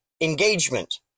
engagement